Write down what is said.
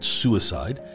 suicide